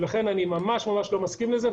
ולכן אני ממש ממש לא מסכים לזה.